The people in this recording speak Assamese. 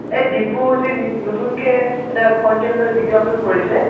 এই ডিম্পু যে নি নতুনকৈ এটা কনটেণ্ট লৈ ভিডিঅ' আপলোড কৰিছে